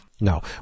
No